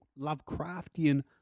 Lovecraftian